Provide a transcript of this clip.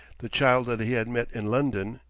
the child that he had met in london,